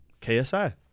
KSI